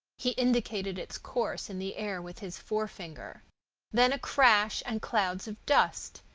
he indicated its course in the air with his forefinger then a crash and clouds of dust.